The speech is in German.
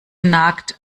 nagt